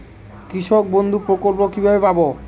কৃষকবন্ধু প্রকল্প কিভাবে পাব?